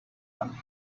country